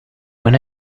when